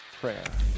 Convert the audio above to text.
prayer